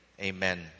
Amen